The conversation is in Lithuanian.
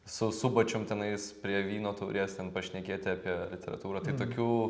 su subačium tenais prie vyno taurės ten pašnekėti apie literatūrą tai tokių